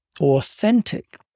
authentic